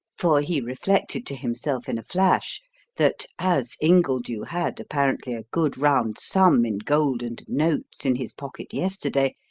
for he reflected to himself in a flash that as ingledew had apparently a good round sum in gold and notes in his pocket yesterday,